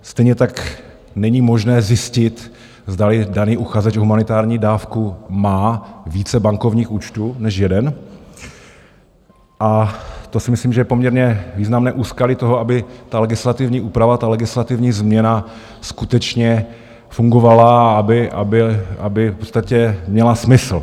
Stejně tak není možné zjistit, zdali daný uchazeč o humanitární dávku má více bankovních účtů než jeden, a to si myslím, že je poměrně významné úskalí toho, aby ta legislativní úprava, legislativní změna skutečně fungovala, aby v podstatě měla smysl.